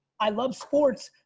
i love sports,